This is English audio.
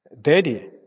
Daddy